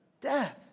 Death